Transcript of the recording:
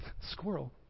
Squirrel